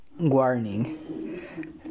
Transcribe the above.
Warning